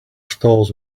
stalls